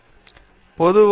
நிர்மலா ஆமாம்